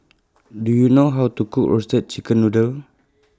Do YOU know How to Cook Roasted Chicken Noodle